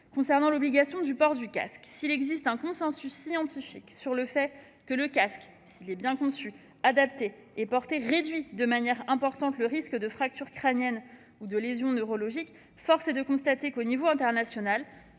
Concernant l'obligation du port du casque, s'il existe un consensus scientifique sur le fait que le casque, à condition qu'il soit bien conçu, adapté et porté, réduit de manière importante le risque de fracture crânienne ou de lésions neurologiques, force est de constater que, à l'échelle internationale,